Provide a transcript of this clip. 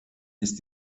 ist